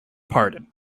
pardon